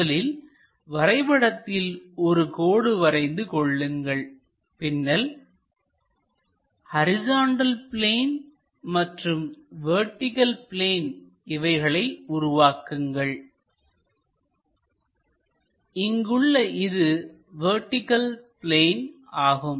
முதலில் வரைபடத்தில் ஒரு கோடு வரைந்து கொள்ளுங்கள் பின்னர் ஹரிசாண்டல் பிளேன் மற்றும் வெர்டிகள் பிளேன் இவைகளை உருவாக்குங்கள் இங்கு உள்ள இது வெர்டிகள் பிளேன் ஆகும்